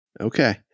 Okay